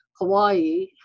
Hawaii